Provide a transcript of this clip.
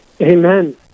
Amen